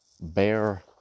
bear